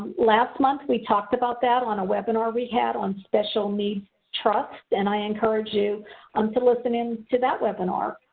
last month we talked about that on a webinar we had on special needs trusts and i encourage you um to listen to that webinar.